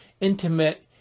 intimate